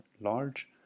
large